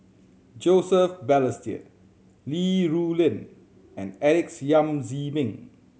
Joseph Balestier Li Rulin and Alex Yam Ziming